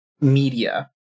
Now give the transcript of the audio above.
media